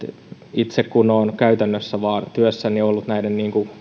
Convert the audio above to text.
itse kun olen käytännössä työssäni ollut vain näiden